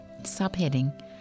Subheading